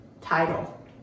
title